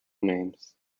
names